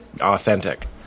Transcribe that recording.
authentic